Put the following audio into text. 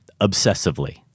obsessively